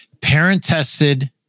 Parent-tested